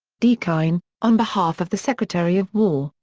deakyne, on behalf of the secretary of war,